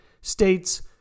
states